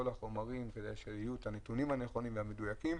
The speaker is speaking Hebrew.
החומרים כדי שיהיו את הנתונים הנכונים והמדויקים.